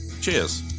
cheers